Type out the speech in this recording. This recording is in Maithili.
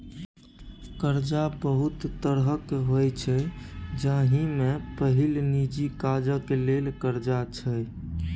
करजा बहुत तरहक होइ छै जाहि मे पहिल निजी काजक लेल करजा छै